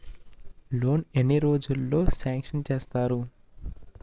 Loan ఎన్ని రోజుల్లో sanction చేస్తారు?